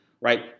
right